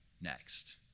next